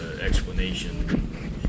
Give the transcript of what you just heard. explanation